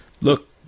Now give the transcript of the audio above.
Look